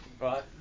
right